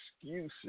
excuses